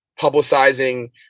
publicizing